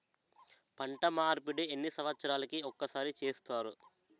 పంట మార్పిడి ఎన్ని సంవత్సరాలకి ఒక్కసారి చేస్తారు?